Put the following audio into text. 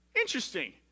interesting